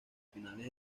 finales